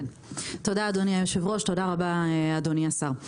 תודה, אדוני היושב-ראש, תודה רבה, אדוני השר.